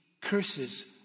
curses